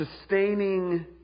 sustaining